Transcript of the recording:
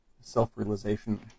self-realization